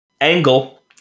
Angle